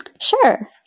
Sure